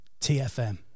TFM